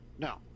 No